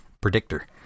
predictor